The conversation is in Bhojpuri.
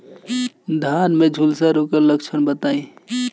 धान में झुलसा रोग क लक्षण बताई?